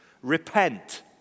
repent